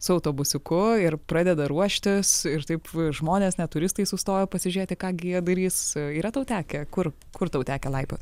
su autobusiuku ir pradeda ruoštis ir taip žmonės net turistai sustojo pasižiūrėti ką gi jie darys yra tau tekę kur kur tau tekę laipiot